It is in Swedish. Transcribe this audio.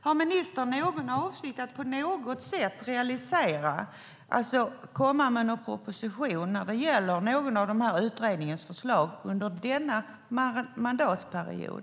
Har ministern någon avsikt att komma med någon proposition när det gäller någon av dessa utredningars förslag under denna mandatperiod?